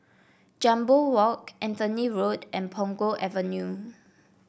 Jambol Walk Anthony Road and Punggol Avenue